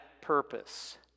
purpose